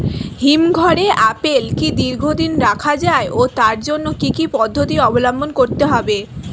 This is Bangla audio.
হিমঘরে আপেল কি দীর্ঘদিন রাখা যায় ও তার জন্য কি কি পদ্ধতি অবলম্বন করতে হবে?